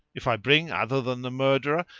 if i bring other than the murderer,